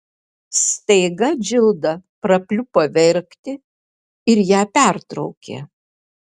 staiga džilda prapliupo verkti ir ją pertraukė